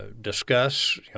discuss